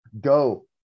go